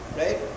right